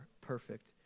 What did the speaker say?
perfect